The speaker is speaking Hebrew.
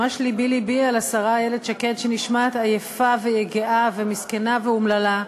ממש לבי-לבי על השרה איילת שקד שנשמעת עייפה ויגעה ומסכנה ואומללה,